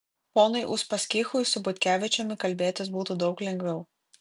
ponui uspaskichui su butkevičiumi kalbėtis būtų daug lengviau